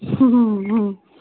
ம்